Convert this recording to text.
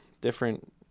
different